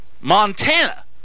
Montana